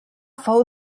fou